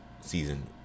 season